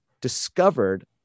discovered